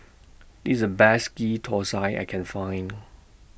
This IS The Best Ghee Thosai I Can Find